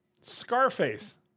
Scarface